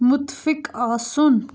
مُتفِق آسُن